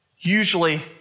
usually